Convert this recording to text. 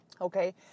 Okay